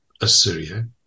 Assyria